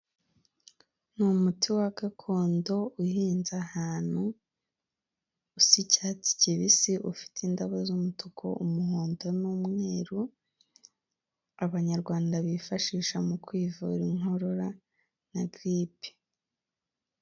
Ni umuti wa gakondo uhinze ahantu usa icyatsi kibisi, ufite indabo z'umutuku, umuhondo n'umweru abanyarwanda bifashisha mu kwivura inkorora na giripe.